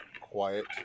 quiet